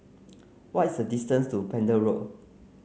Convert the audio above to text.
what is the distance to Pender Road